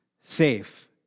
safe